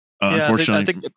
unfortunately